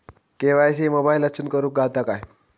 KYC मोबाईलातसून करुक गावता काय?